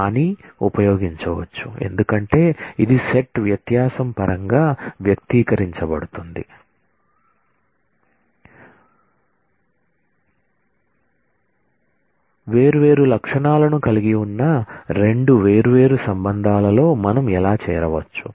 కానీ ఉపయోగించవచ్చు ఎందుకంటే ఇది సెట్ Refer Slide Time 1403 వేర్వేరు అట్ట్రిబ్యూట్లను కలిగి ఉన్న రెండు వేర్వేరు రిలేషన్స్ లో మనం ఎలా చేరవచ్చు